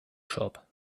shop